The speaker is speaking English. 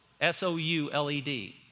S-O-U-L-E-D